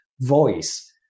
voice